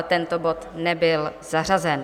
Tento bod nebyl zařazen.